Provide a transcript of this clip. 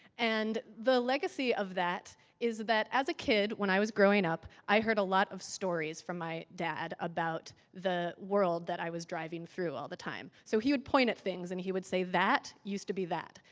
and the legacy of that is it that as a kid when i was growing up i heard a lot of stories from my dad about the world that i was driving through all the time. so, he would point at things and he would say that used to be that.